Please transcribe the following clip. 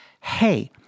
hey